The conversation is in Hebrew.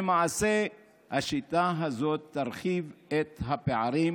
ולמעשה השיטה הזאת תרחיב את הפערים